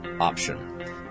option